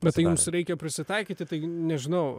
bet tai jums reikia prisitaikyti tai nežinau